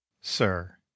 sir